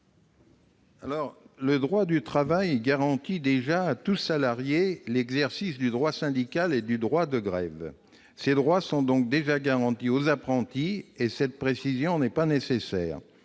Le droit du travail garantit déjà à tout salarié l'exercice du droit syndical et du droit de grève. Ces droits sont donc déjà garantis aux apprentis et cette précision n'est pas nécessaire.